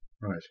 Right